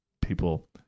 people